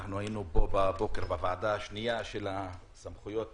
היינו בבוקר בוועדה השניה של סמכויות